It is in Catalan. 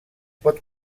pot